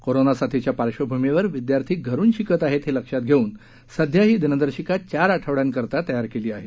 corona साथीच्या पार्श्वभूमीवर विद्यार्थी घरून शिकत आहेत हे लक्षात घेऊन सध्या ही दिनदर्शिका चार आठवड्यांकरता तयार केली आहे